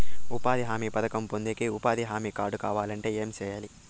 ఉపాధి హామీ పథకం పొందేకి ఉపాధి హామీ కార్డు కావాలంటే ఏమి సెయ్యాలి?